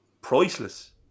priceless